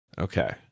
Okay